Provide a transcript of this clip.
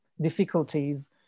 difficulties